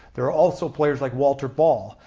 there are also players like walter ball.